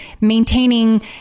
maintaining